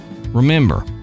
Remember